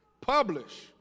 Publish